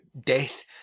death